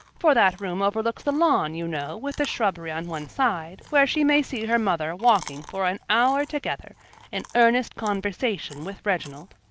for that room overlooks the lawn, you know, with the shrubbery on one side, where she may see her mother walking for an hour together in earnest conversation with reginald.